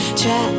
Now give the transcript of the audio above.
try